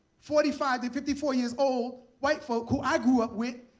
forty five to fifty four years old. white folk, who i grew up with,